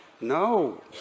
No